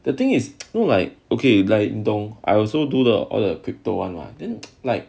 the thing is no like okay like 你懂 I also do the all the crypto one lah then like